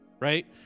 Right